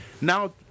Now